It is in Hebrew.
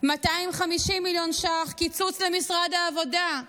250 מיליון שקל קיצוץ למשרד העבודה,